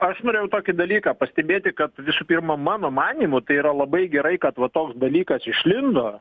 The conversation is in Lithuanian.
aš norėjau tokį dalyką pastebėti kad visų pirma mano manymu tai yra labai gerai kad va toks dalykas išlindo